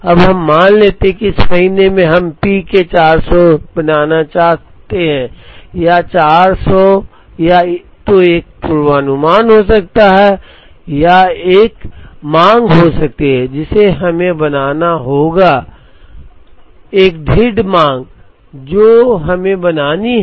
अब हम मान लेते हैं कि इस महीने हम P के 400 बनाना चाहते हैं यह 400 या तो एक पूर्वानुमान हो सकता है या यह एक मांग हो सकती है जिसे हमें बनाना होगा एक दृढ़ मांग जो हमें बनानी है